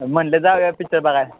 म्हणलं जाऊ या पिक्चर बघायला